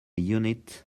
unit